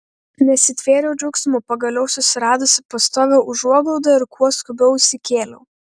nesitvėriau džiaugsmu pagaliau susiradusi pastovią užuoglaudą ir kuo skubiau įsikėliau